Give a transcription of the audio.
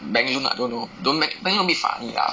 bank loan lah I don't know don't ban~ bank loan a bit funny ah